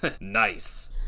nice